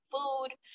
food